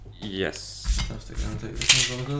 Yes